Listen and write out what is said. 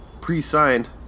pre-signed